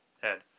head